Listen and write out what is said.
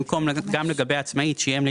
תיקון חוק להגדלת שיעור ההשתתפות בכוח העבודה ולצמצום